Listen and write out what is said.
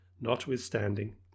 notwithstanding